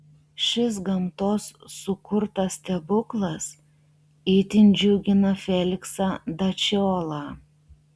šis gamtos sukurtas stebuklas itin džiugina feliksą dačiolą